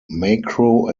macro